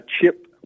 chip